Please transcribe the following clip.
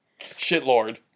Shitlord